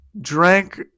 drank